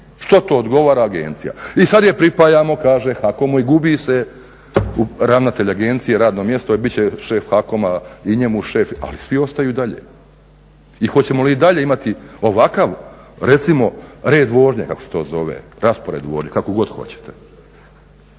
Što to odgovara agencija i sada je pripajamo kaže HACOM-u i gubi se ravnatelj agencije radno mjesto bit će šef HACOM-a i njemu šef ali svi ostaju i dalje. I hoćemo li i dalje imati ovakav red vožnje, raspored vožnje kako god hoćete